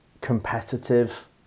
competitive